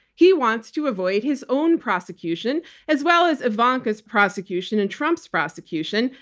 he wants to avoid his own prosecution as well as ivanka's prosecution and trump's prosecution,